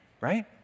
right